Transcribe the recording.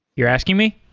you're asking me?